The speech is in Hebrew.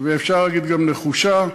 ואפשר להגיד גם נחושה.